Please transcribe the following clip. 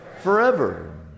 Forever